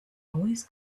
always